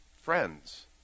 friends